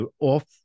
off